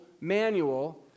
manual